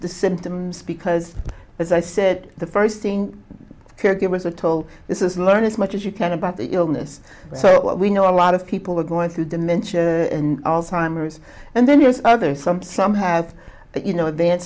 the symptoms because as i said the first thing caregivers are told this is learn as much as you can about the illness so we know a lot of people are going through dementia and alzheimer's and then there's other some some have you know advance